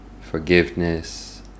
forgiveness